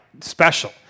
special